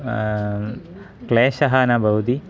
क्लेशः न भवति